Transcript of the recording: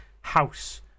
house